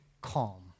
calm